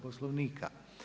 Poslovnika.